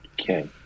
Okay